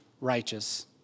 righteous